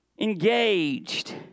engaged